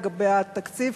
לגבי התקציב,